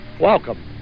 welcome